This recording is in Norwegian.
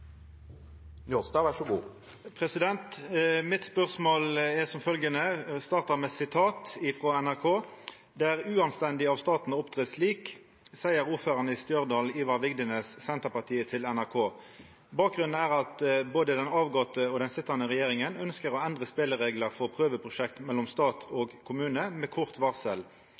Njåstad til kommunal- og distriktsministeren, er overført til helse- og omsorgsministeren som rette vedkommende. Mitt spørsmål er følgjande, og eg startar med eit sitat frå NRK: «"Det er uanstendig av staten å opptre slik", seier ordføraren i Stjørdal, Ivar Vigdenes, Senterpartiet, til NRK. Bakgrunnen er at både den avgåtte og sittande regjeringa ynskjer å endre spelereglane for prøveprosjekt mellom stat og kommunene med